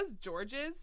Georges